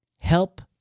help